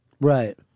Right